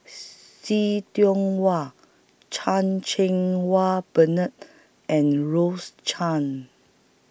See Tiong Wah Chan Cheng Wah Bernard and Rose Chan